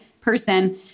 Person